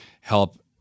help